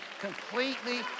completely